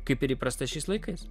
kaip ir įprasta šiais laikais